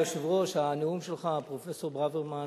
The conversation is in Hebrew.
אדוני היושב-ראש, הנאום שלך, פרופסור ברוורמן,